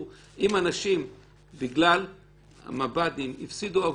אם אנשים בגלל המב"דים הפסידו עבודה?